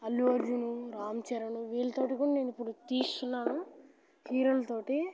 అల్లు అర్జున్ రామ్ చరణ్ వీళ్ళతో కూడా నేను ఇప్పుడు తీస్తున్నాను హీరోలతో